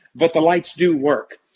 but the lights do work.